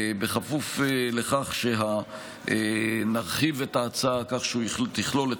בכפוף לכך שנרחיב את ההצעה כך שתכלול את